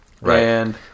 Right